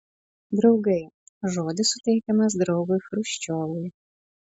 draugai žodis suteikiamas draugui chruščiovui